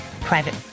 private